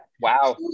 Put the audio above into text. Wow